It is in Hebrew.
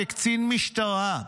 כקצין משטרה.